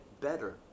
better